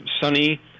sunny